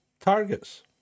targets